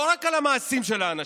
לא רק על המעשים של האנשים,